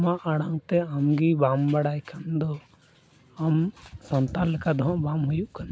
ᱟᱢᱟᱜ ᱟᱲᱟᱝ ᱛᱮ ᱟᱢᱜᱮ ᱵᱟᱢ ᱵᱟᱲᱟᱭ ᱠᱷᱟᱱ ᱫᱚ ᱟᱢ ᱥᱟᱱᱛᱟᱲ ᱞᱮᱠᱟ ᱫᱚᱦᱟᱸᱜ ᱵᱟᱢ ᱦᱩᱭᱩᱜ ᱠᱟᱱᱟ